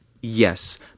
Yes